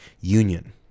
union